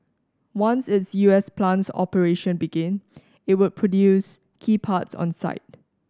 once its U S plant's operation began it would produce key parts on site